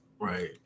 right